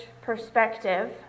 perspective